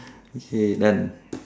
okay done